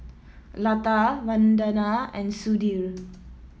Lata Vandana and Sudhir